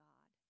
God